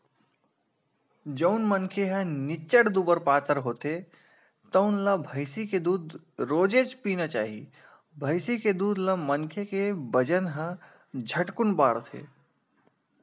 जउन मनखे ह निच्चट दुबर पातर होथे तउन ल भइसी के दूद रोजेच पीना चाही, भइसी के दूद ले मनखे के बजन ह झटकुन बाड़थे